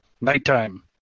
nighttime